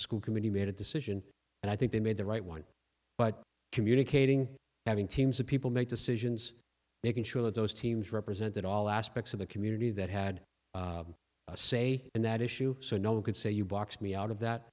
school committee made a decision and i think they made the right one but communicating having teams of people make decisions making sure that those teams represented all aspects of the community that had a say in that issue so no one could say you boxed me out of that